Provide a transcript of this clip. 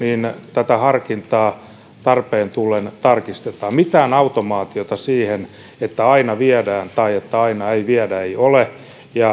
tätä harkintaa tarpeen tullen tarkistetaan mitään sellaista automaatiota että aina viedään tai että koskaan ei viedä ei ole